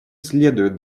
следует